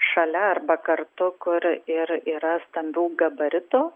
šalia arba kartu kur ir yra stambių gabaritų